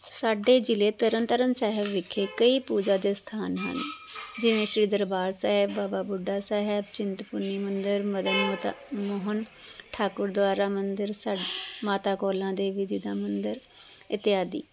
ਸਾਡੇ ਜ਼ਿਲ੍ਹੇ ਤਰਨ ਤਾਰਨ ਸਾਹਿਬ ਵਿਖੇ ਕਈ ਪੂਜਾ ਦੇ ਸਥਾਨ ਹਨ ਜਿਵੇਂ ਸ਼੍ਰੀ ਦਰਬਾਰ ਸਾਹਿਬ ਬਾਬਾ ਬੁੱਢਾ ਸਾਹਿਬ ਚਿੰਤਪੁਰਨੀ ਮੰਦਰ ਮਦ ਮਤਾ ਮੋਹਨ ਠਾਕੁਰ ਦੁਆਰਾ ਮੰਦਰ ਸਾ ਮਾਤਾ ਕੋਲਾਂ ਦੇਵੀ ਜੀ ਦਾ ਮੰਦਰ ਅਤੇ ਆਦਿ